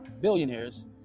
billionaires